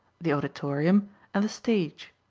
the auditorium and the stage.